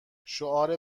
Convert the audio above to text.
شعار